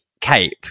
cape